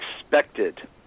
expected